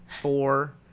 four